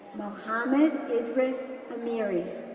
mohammad idris amiri,